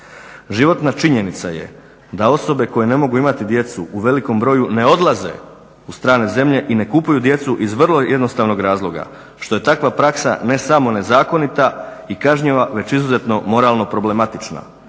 Životna činjenica je da osobe koje ne mogu imati djecu u velikom broju ne odlaze u strane zemlje i ne kupuju djecu iz vrlo jednostavnog razloga što je takva praksa ne samo nezakonita i kažnjiva već izuzetno moralno problematična.